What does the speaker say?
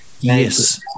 yes